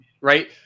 right